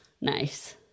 Nice